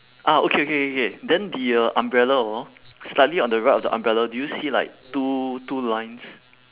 ah okay okay okay okay then the uh umbrella hor slightly on the right of the umbrella do you see like two two lines